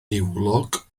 niwlog